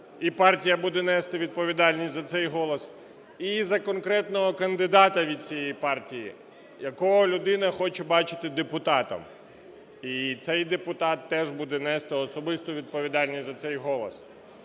і партія буде нести відповідальність за цей голос, і за конкретного кандидата від цієї партії, якого людина хоче бачити депутатом. І цей депутат теж буде нести особисту відповідальність за цей голос.